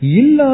Illa